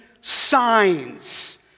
signs